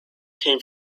came